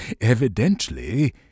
evidently